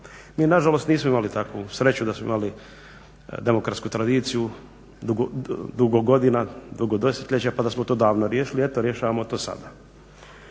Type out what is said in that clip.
Mi nažalost nismo imali takvu sreću da smo imali demokratsku tradiciju dugo godina, dugo desetljeća pa da smo to davno riješili eto rješavamo to sada.